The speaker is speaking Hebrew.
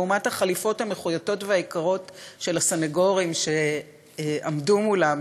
לעומת החליפות המחויטות והיקרות של הסנגורים שעמדו מולם,